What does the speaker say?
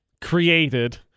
created